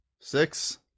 six